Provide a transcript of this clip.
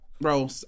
bro